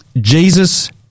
Jesus